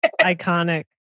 Iconic